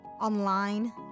online